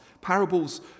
parables